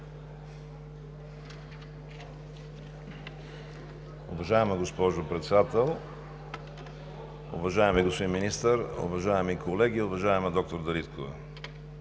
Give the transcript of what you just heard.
Уважаема госпожо Председател, уважаеми господин Министър, уважаеми колеги, уважаема доктор Дариткова!